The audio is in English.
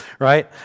right